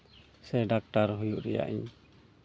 ᱥᱮ ᱰᱟᱠᱴᱟᱨ ᱦᱩᱭᱩᱜ ᱨᱮᱭᱟᱜ ᱤᱧ